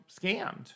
scammed